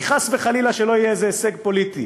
כי חס וחלילה שלא יהיה איזה הישג פוליטי.